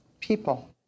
people